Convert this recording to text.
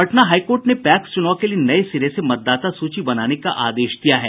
Patna high court ने PACS चुनाव के लिए नये सिरे से मतदाता सूची बनाने का आदेश दिया है